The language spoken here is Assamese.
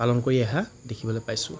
পালন কৰি অহা দেখিবলৈ পাইছোঁ